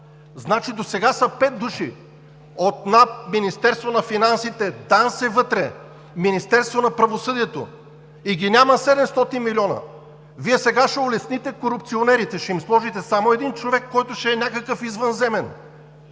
Значи досега са пет души: от НАП, Министерството на финансите, ДАНС е вътре, Министерството на правосъдието, и ги няма 700 милиона!? Вие сега ще улесните корупционерите – ще им сложите само един човек, който ще е някакъв извънземен!?